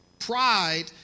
Pride